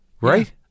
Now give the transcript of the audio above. Right